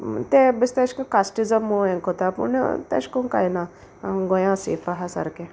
तें बेश्टें एशकोन्न कास्टिजम म्हूण हें कोताय पूण तेशकोन्न कांय ना गोंया सेफ आहा सारकें